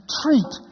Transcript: treat